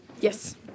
Yes